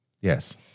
Yes